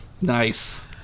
Nice